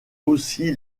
aussi